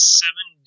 seven